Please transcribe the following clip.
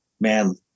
man